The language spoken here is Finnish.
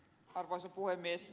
arvoisa puhemies